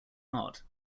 not